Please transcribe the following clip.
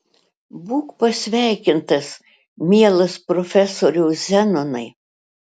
būk pasveikintas mielas profesoriau zenonai